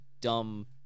dumb